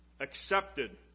accepted